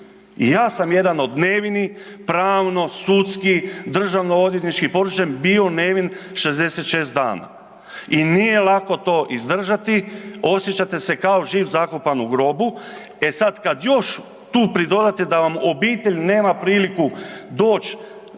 I ja sam jedan od nevinih pravno, sudski, državno-odvjetnički, .../Govornik se ne razumije./... bio nevin 66 dana. I nije lako to izdržati, osjećate se kao živ zakopan u grobu. E sad kad još tu pridodate da vam obitelj nema priliku doći